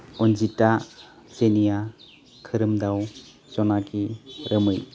अनजिता जेनिया खोरोमदाव जनाखि रोमै